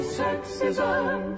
sexism